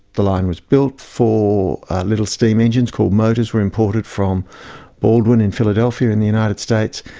the line was built for little steam engines, called motors, were imported from baldwyn in philadelphia in the united states,